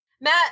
Matt